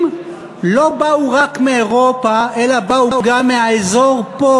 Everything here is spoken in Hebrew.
לא באו רק מאירופה אלא באו גם מהאזור פה,